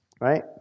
right